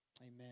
amen